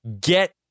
get